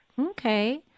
Okay